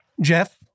Jeff